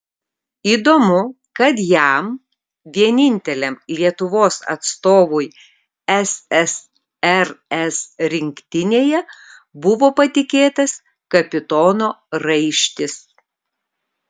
įdomu kad jam vieninteliam lietuvos atstovui ssrs rinktinėje buvo patikėtas kapitono raištis